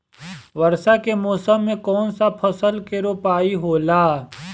वर्षा के मौसम में कौन सा फसल के रोपाई होला?